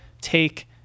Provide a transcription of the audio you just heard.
take